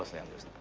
i'm just,